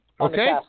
Okay